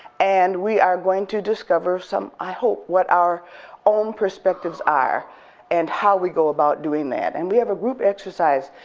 and we are going to discover some, i hope, what our own perspectives are and how we go about doing that and we have a group exercise.